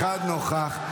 אלד נוכח.